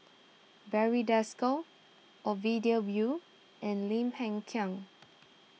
Barry Desker Ovidia will and Lim Hng Kiang